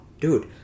dude